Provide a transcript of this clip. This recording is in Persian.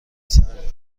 سردمه